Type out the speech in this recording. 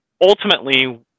ultimately